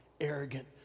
arrogant